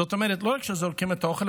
זאת אומרת לא רק שזורקים את האוכל,